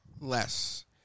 Less